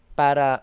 para